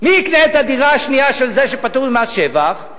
מי יקנה את הדירה השנייה של זה שפטור ממס שבח?